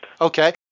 Okay